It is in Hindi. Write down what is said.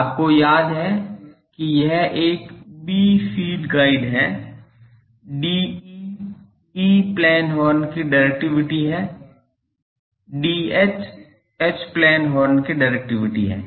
आपको याद है कि यह एक b फीड गाइड है DE ई प्लेन हॉर्न की डिरेक्टिविटी है DH एच प्लेन हॉर्न की डिरेक्टिविटी है